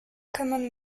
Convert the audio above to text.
common